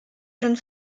jeune